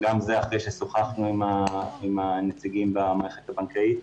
גם זה אחרי ששוחחנו עם הנציגים במערכת הבנקאית.